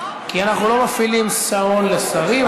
כי אנחנו לא מפעילים שעון לשרים,